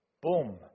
Boom